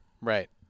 right